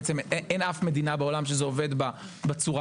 אין אף מדינה בעולם שזה עובד בה כך.